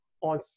on